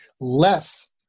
less